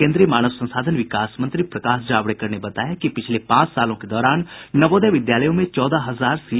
केन्द्रीय मानव संसाधन विकास मंत्री प्रकाश जावडेकर ने बताया कि पिछले पांच सालों के दौरान नवोदय विद्यालयों में चौदह हजार सीट बढ़ाये गये हैं